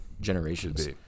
generations